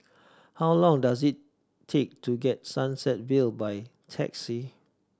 how long does it take to get Sunset Vale by taxi